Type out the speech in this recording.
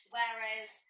Whereas